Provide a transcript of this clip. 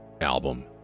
album